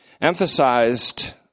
emphasized